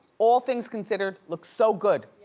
all things considered, looks so good.